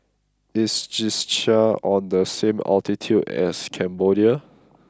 is Czechia on the same latitude as Cambodia